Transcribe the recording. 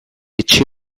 etxe